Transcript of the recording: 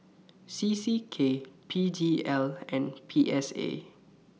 C C K P D L and P S A